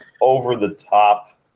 over-the-top